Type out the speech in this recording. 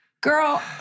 girl